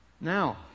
Now